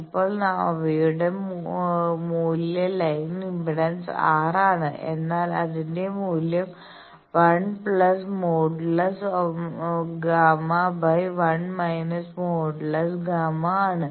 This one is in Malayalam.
ഇപ്പോൾ അവയുടെ മൂല്യലൈൻ ഇംപെഡൻസ് R ആണ് എന്നാൽ അതിന്റെ മൂല്യം 1∣Γ∣1−∣Γ∣ ആണ്